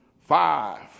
five